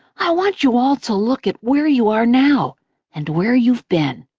i want you all to look at where you are now and where you've been.